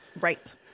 Right